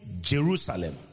Jerusalem